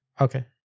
okay